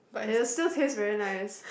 it'll still taste very nice